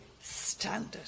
standard